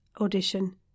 audition